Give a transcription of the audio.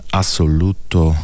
assoluto